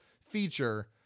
feature